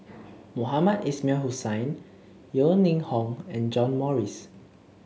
Mohamed Ismail Hussain Yeo Ning Hong and John Morrice